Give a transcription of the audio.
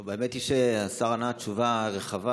האמת היא שהשר ענה תשובה רחבה,